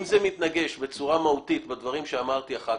אם זה מתנגש בצורה מהותית בדברים שאמרתי קודם,